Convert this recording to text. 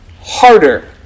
harder